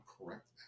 correct